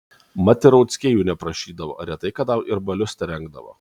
mat ir rauckiai jų neprašydavo retai kada ir balius terengdavo